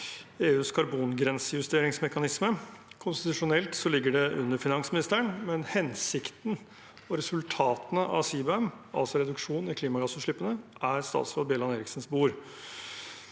EUs karbongrensejusteringsmekanisme. Konstitusjonelt ligger det under finansministeren, men hensikten og resultatene av CBAM, altså reduksjon i klimagassutslippene, er statsråd Bjelland Eriksens bord.